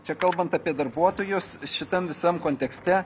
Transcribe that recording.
čia kalbant apie darbuotojus šitam visam kontekste